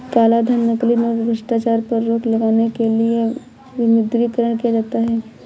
कालाधन, नकली नोट, भ्रष्टाचार पर रोक लगाने के लिए विमुद्रीकरण किया जाता है